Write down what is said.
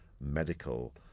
medical